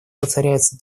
воцаряется